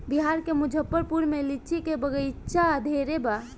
बिहार के मुजफ्फरपुर में लीची के बगइचा ढेरे बा